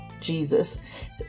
Jesus